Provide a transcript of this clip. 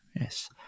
yes